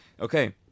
Okay